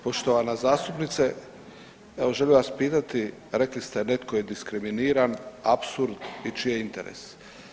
Poštovana zastupnice, evo želio bih vas pitati, rekli ste netko je diskriminiran, apsurd i čiji je interes.